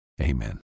Amen